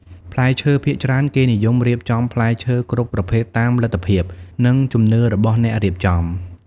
ផ្លែឈើភាគច្រើន គេនិយមរៀបចំផ្លែឈើគ្រប់ប្រភេទតាមលទ្ធភាព និងជំនឿរបស់អ្នករៀបចំ។